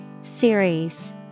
Series